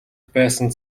байсан